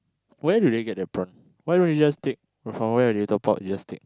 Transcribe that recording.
where do they get the prawn why don't they just take from where they top up you just take